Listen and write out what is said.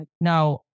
Now